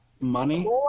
money